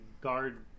guard